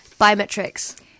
biometrics